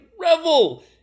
revel